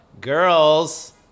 Girls